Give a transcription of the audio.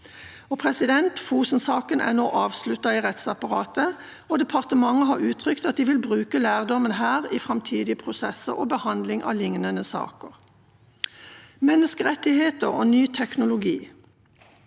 saker. Fosen-saken er nå avsluttet i rettsapparatet, og departementet har uttrykt at de vil bruke lærdommen her i framtidige prosesser og behandling av liknende saker. Når det gjelder menneskerettigheter og ny teknologi,